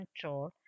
control